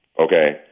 okay